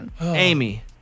Amy